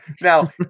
Now